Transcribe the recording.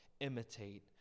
imitate